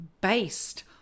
based